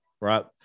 right